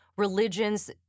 Religions